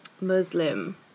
Muslim